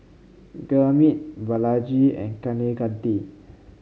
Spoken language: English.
Gurmeet Balaji and Kaneganti